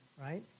right